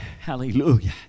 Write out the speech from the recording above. Hallelujah